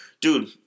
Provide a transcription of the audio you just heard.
dude